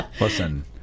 Listen